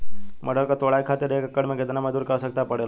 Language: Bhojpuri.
मटर क तोड़ाई खातीर एक एकड़ में कितना मजदूर क आवश्यकता पड़ेला?